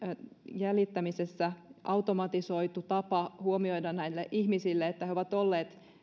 jäljittämisessä automatisoitu tapa huomauttaa näille ihmisille että he ovat olleet